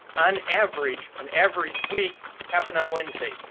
on average an average week happen on wednesday.